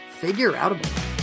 figureoutable